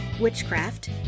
witchcraft